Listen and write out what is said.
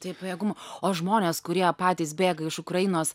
tai pajėgumo o žmonės kurie patys bėga iš ukrainos